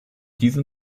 diesen